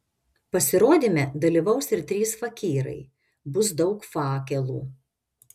pasirodyme dalyvaus ir trys fakyrai bus daug fakelų